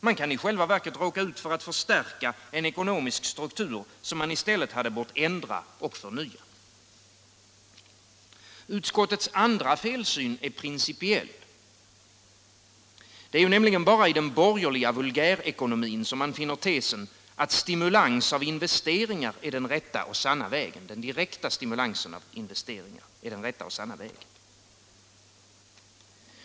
Man kan i själva verket råka ut för att förstärka en ekonomisk struktur som man i stället hade bort ändra och förnya. Utskottets andra felsyn är principiell. Det är nämligen enbart i den borgerliga vulgärekonomin man finner tesen att en direkt stimulans av investeringar är den rätta och sanna vägen.